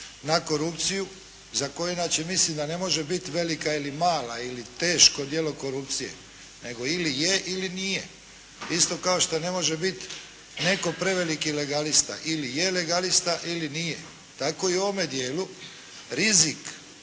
na korupciju za koju inače mislim da ne može biti velika ili mala ili teško djelo korupcije nego je ili nije. Isto kao što ne može biti neko preveliki legalista. Ili je legalista, ili nije. Tako i u ovome dijelu rizik